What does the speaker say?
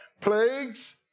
plagues